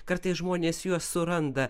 kartais žmonės juos suranda